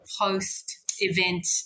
post-event